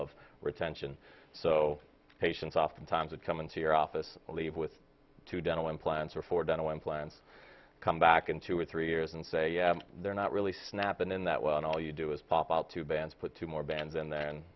of retention so patients oftentimes that come into your office leave with two dental implants or four dental implants come back in two or three years and say they're not really snappin in that well and all you do is pop out two bands put two more bands and then